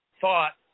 thought